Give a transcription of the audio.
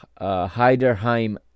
Heiderheim